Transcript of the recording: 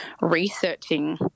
researching